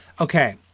okay